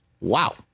Wow